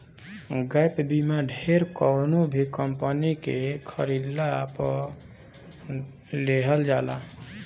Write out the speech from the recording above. gap बीमा ढेर कवनो भी कंपनी के खरीदला पअ लेहल जाला